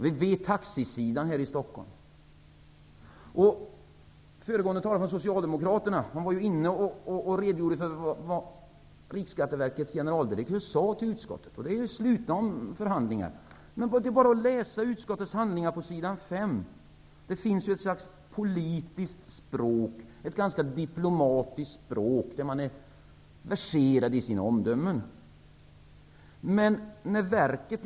Vi vet hur det ser ut inom taxinäringen i Föregående talare från Socialdemokraterna redogjorde för vad Riksskatteverkets generaldirektör sade till utskottet. Det skedde i slutna förhandlingar. Det är dock bara att läsa på s. 5 i utskottets handlingar. Det finns ett slags politiskt språk, som är ganska diplomatiskt och där man är verserad i sina omdömen.